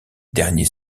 derniers